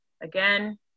Again